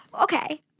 Okay